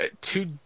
two